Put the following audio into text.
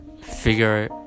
figure